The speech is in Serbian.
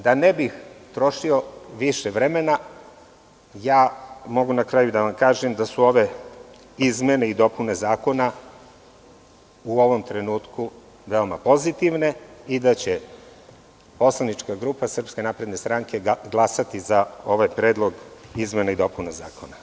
Da ne bih trošio više vremena, mogu na kraju da vam kažem da su ove izmene i dopune zakona u ovom trenutku veoma pozitivne i da će poslanička grupa SNS glasati za ovaj predlog izmena i dopuna zakona.